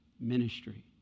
ministry